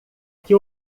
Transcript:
que